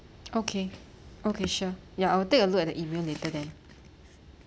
okay okay sure ya I'll take a look at the email later then